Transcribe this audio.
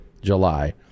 July